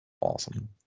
Awesome